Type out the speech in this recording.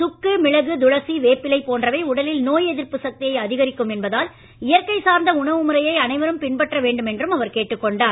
சுக்கு மிளகு துளசி வேப்பிலை போன்றவை உடலில் நோய் எதிர்ப்பு சக்தியை அதிகரிக்கும் என்பதால் இயற்கை சார்ந்த உணவு முறையை அனைவரும் பின்பற்ற வேண்டும் என்றும் அவர் கேட்டுக்கொண்டார்